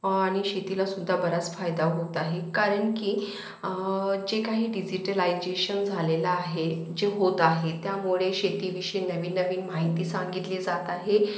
आणि शेतीलासुद्धा बराच फायदा होत आहे कारण की जे काही डिजीटलायजेशन झालेलं आहे जे होत आहे त्यामुळे शेतीविषयी नवीन नवीन माहिती सांगितली जात आहे